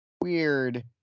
Weird